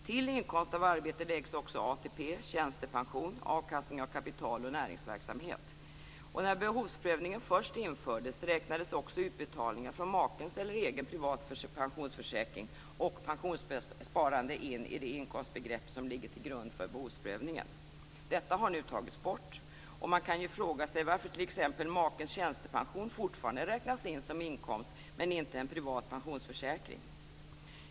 Till inkomst av arbete läggs också ATP, tjänstepension, avkastning av kapital och näringsverksamhet. När behovsprövningen först infördes räknades också utbetalningar från makens eller egen privat pensionsförsäkring och pensionssparande in i det inkomstbegrepp som ligger till grund för behovsprövningen. Detta har nu tagits bort, och man kan ju fråga sig varför t.ex. makens tjänstepension fortfarande räknas som inkomst men inte en privat pensionsförsäkring.